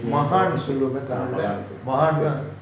மஹான்னு சொல்லுவாங்க:mahanu solluvanga tamil leh மஹான் தான்:mahan thaan